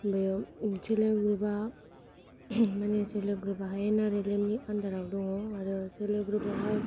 बेयाव self help ग्रुपा माने सेल्प हेल्प ग्रुपा एन आर एल एम नि आनदाराव जाना दङ सेल्प हेल्प ग्रुप आवहाय